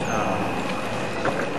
חבר הכנסת אריה אלדד מסיעת